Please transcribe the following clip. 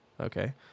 Okay